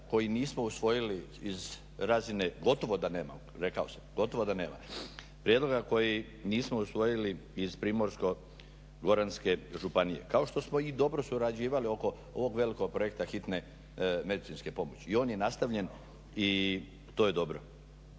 kojeg nismo usvojili iz razine, gotovo da nema rekao sam, gotovo da nema, prijedloga koji nismo usvojili iz Primorsko-goranske županije kao što smo i dobro surađivali oko ovog velikog projekta hitne medicinske pomoći i on je nastavljen i to je dobro.